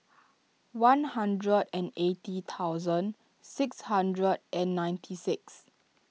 one hundred and eighty thousand six hundred and ninety six